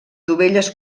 dovelles